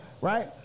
right